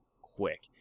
quick